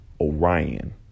Orion